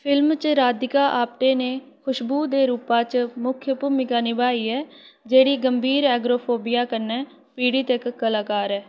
film च राधिका आप्टे नै खुशबू दे रूपा च मुक्ख भूमिका नभाई ऐ जेह्ड़ी गंभीर एगोराफोबिया कन्नै पीड़ित इक कलाकार ऐ